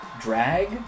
drag